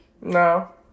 No